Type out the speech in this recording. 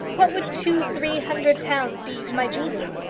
what would two three hundred pounds be to my julie?